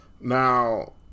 Now